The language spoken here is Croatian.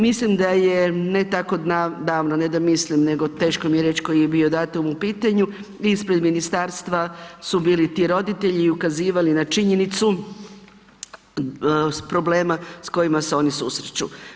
Mislim da je ne tako davno, ne da mislim nego teško mi je reći koji je bio datum u pitanju, ispred ministarstva su bili ti roditelji i ukazivali na činjenicu problema s kojima se oni susreću.